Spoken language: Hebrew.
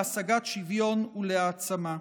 להשגת שוויון ולהעצמה.